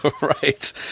Right